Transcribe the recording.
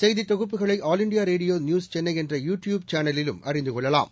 செய்தி தொகுப்புகளை all India ரோட்டோ நியூஸ் சென்னை என்ற யு டியூப் சேனலிலும் அறிந்து கொள்ளலாம்